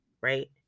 right